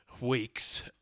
weeks